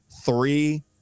Three